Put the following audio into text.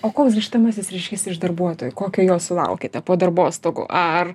o koks grįžtamasis ryšys iš darbuotojų kokio jo sulaukiate po darbostogu ar